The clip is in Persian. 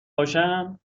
باشم